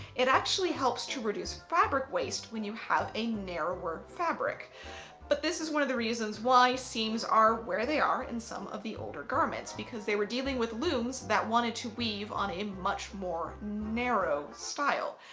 it actually helps to reduce fabric waste when you have a narrower fabric but this is one of the reasons why seams are where they are in some of the older garments because they were dealing with looms that wanted to weave on a much more narrow style.